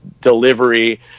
delivery